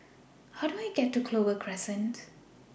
How Do I get to Clover Crescent